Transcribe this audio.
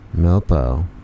Milpo